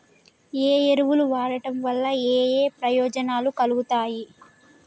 ఏ ఎరువులు వాడటం వల్ల ఏయే ప్రయోజనాలు కలుగుతయి?